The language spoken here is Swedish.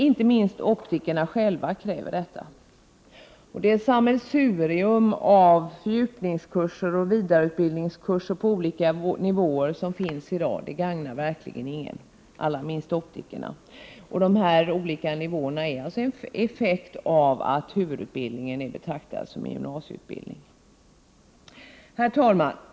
Inte minst optikerna själva kräver detta. Det sammelsurium av fördjupningskurser och vidareutbildningskurser på olika nivåer som finns i dag gagnar verkligen ingen — allra minst optikerna. De olika nivåerna är en effekt av att huvudutbildningen är betraktad som en gymnasieutbildning. Herr talman!